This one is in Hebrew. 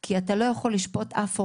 כי אתה לא יכול לשפוט אף הורה,